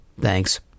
thanks